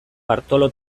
bartolo